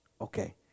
Okay